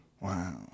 Wow